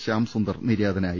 ശ്യാംസുന്ദർ നിര്യാതനായി